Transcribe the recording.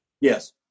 Yes